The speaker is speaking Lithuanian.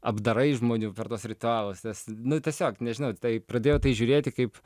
apdarai žmonių per tuos ritualus nes nu tiesiog nežinau tai pradėjau į tai žiūrėti kaip